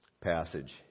passage